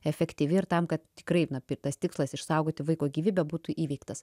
efektyvi ir tam kad tikrai na pi tas tikslas išsaugoti vaiko gyvybę būtų įveiktas